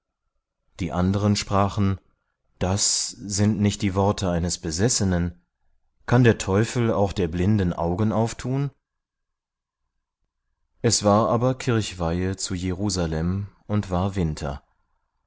die andern sprachen das sind nicht worte eines besessenen kann der teufel auch der blinden augen auftun es ward aber kirchweihe zu jerusalem und war winter